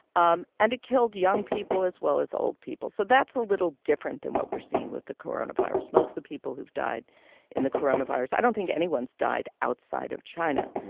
um and it killed young people as well as old people. so that's a little different than what we're seeing with the coronavirus. most of the people who've died in the corona virus, i don't think anyone's died outside of china.